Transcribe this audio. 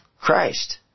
Christ